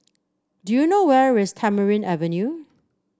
do you know where is Tamarind Avenue